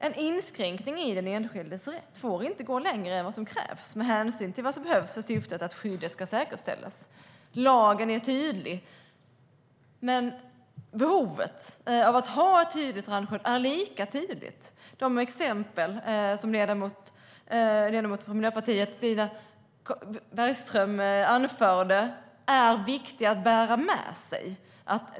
En inskränkning i den enskildes rätt får inte gå längre än vad som krävs med hänsyn till vad som behövs för syftet att skyddet ska säkerställas. Lagen är tydlig, men behovet av att ha ett ordentligt strandskydd är lika tydligt. De exempel som ledamot Stina Bergström från Miljöpartiet anförde är viktiga att bära med sig.